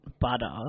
butter